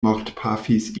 mortpafis